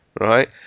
right